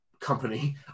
company